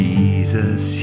Jesus